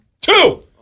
Two